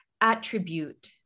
attribute